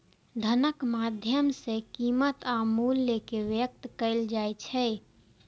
धनक माध्यम सं कीमत आ मूल्य कें व्यक्त कैल जाइ छै